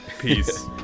peace